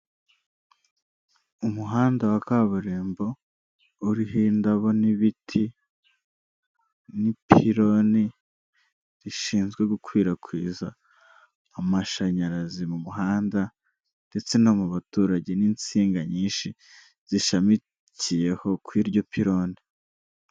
Umuhanda wa kaburimbo uriho indabo n'ibiti, n'ipironi rishinzwe gukwirakwiza amashanyarazi mu muhanda ndetse no mu baturage n'insinga nyinshi zishamikiyeho kw'iryo pironi.